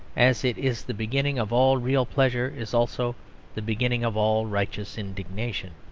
as it is the beginning of all real pleasure, is also the beginning of all righteous indignation.